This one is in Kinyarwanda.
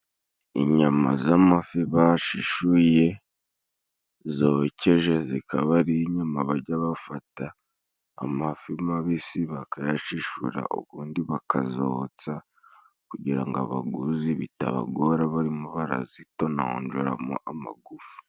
Inyama z'amafi bashishuye zokeje zikaba ari inyama bajya bafata amafi mabisi bakayashishura, ubundi bakazotsa kugira ngo abaguzi bitabagora barimo barazitononjoramo amagufa.